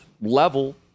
level